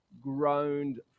groaned